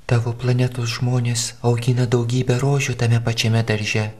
tavo planetos žmonės augina daugybę rožių tame pačiame darže